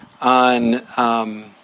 on